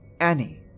Annie